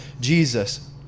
Jesus